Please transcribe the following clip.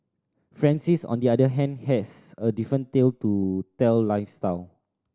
Francis on the other hand has a different tale to tell lifestyle